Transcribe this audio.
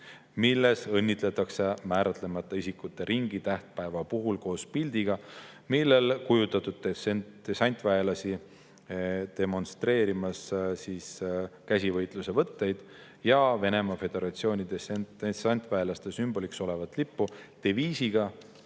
milles õnnitletakse määratlemata isikute ringi tähtpäeva puhul koos pildiga, millel on kujutatud dessantväelasi demonstreerimas käsivõitluse võtteid ja Venemaa Föderatsiooni dessantväelaste sümboliks olevat lippu deviisiga